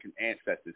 ancestors